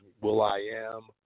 Will.i.am